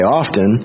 often